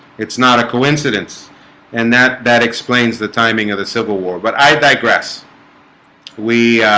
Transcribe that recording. it's not a coincidence and that that explain the timing of the civil war, but i digress we